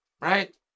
right